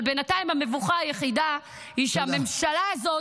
אבל בינתיים המבוכה היחידה היא שהממשלה הזאת